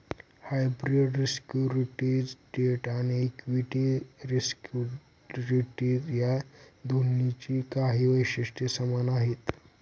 hybrid securities debt आणि equity securities या दोन्हींची काही वैशिष्ट्ये समान आहेत